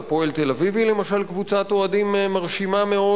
"הפועל תל-אביב" היא למשל קבוצת אוהדים מרשימה מאוד